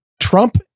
Trump